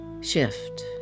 Shift